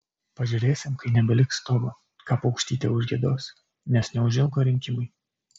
pažiūrėsim kai nebeliks stogo ką paukštytė užgiedos nes neužilgo rinkimai